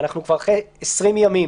הרי אנחנו כבר אחרי 20 ימים